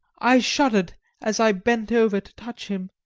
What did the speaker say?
i shuddered as i bent over to touch him,